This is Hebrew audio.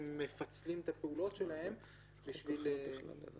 מפצלים את הפעולות שלהם --- זה חוק אחר בכלל.